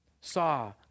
saw